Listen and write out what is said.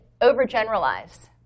overgeneralize